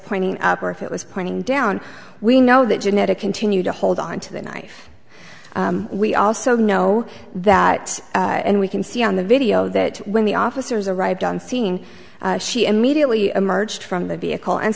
pointing up or if it was pointing down we know that genetic continue to hold on to the knife we also know that and we can see on the video that when the officers arrived on scene she immediately emerged from the vehicle and